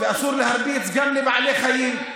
אסור להרביץ גם לבעלי חיים.